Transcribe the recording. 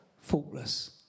faultless